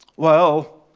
well,